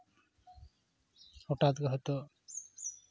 ᱦᱚᱴᱟᱛ ᱜᱮ ᱦᱚᱭᱛᱳ